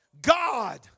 God